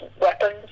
weapons